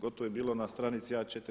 Gotovo je bilo na stranici A4.